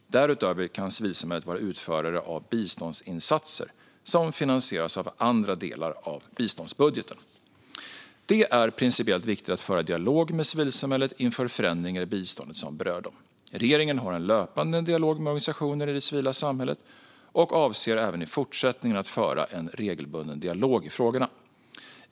Därutöver kan civilsamhället vara utförare av biståndsinsatser som finansieras av andra delar av biståndsbudgeten. Det är principiellt viktigt att föra dialog med civilsamhället inför förändringar i biståndet som berör dem. Regeringen har en löpande dialog med organisationer i det civila samhället och avser även i fortsättningen att föra en regelbunden dialog i frågorna.